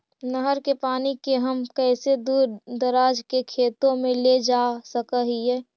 नहर के पानी के हम कैसे दुर दराज के खेतों में ले जा सक हिय?